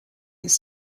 his